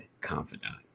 confidant